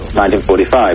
1945